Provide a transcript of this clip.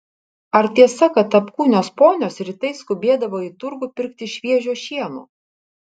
ar tiesa kad apkūnios ponios rytais skubėdavo į turgų pirkti šviežio šieno